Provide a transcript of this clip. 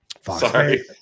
Sorry